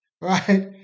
right